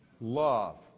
love